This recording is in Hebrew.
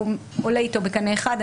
הוא עולה איתו בקנה אחד.